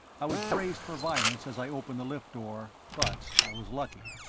i was braced for violence as i opened the lift door, but i was lucky.